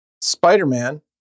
Spider-Man